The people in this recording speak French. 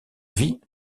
vie